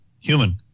human